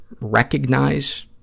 recognize